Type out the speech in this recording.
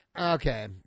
okay